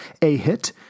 AHIT